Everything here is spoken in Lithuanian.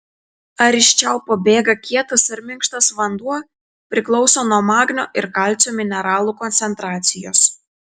ar iš čiaupo bėga kietas ar minkštas vanduo priklauso nuo magnio ir kalcio mineralų koncentracijos